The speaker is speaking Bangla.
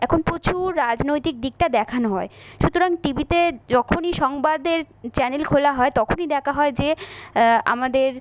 এখন প্রচুর রাজনৈতিক দিকটা দেখানো হয় সুতরাং টি ভিতে যখনই সংবাদের চ্যানেল খোলা হয় তখনই দেখা হয় যে আমাদের